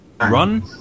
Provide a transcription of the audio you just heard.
Run